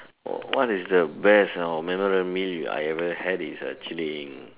oh what is the best or memorable meal I ever had is actually